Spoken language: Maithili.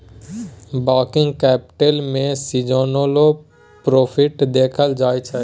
वर्किंग कैपिटल में सीजनलो प्रॉफिट देखल जाइ छइ